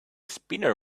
spinner